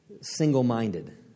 single-minded